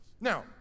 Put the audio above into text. Now